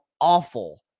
awful